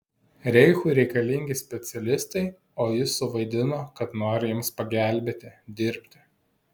reichui reikalingi specialistai o jis suvaidino kad nori jiems pagelbėti dirbti